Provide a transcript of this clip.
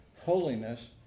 holiness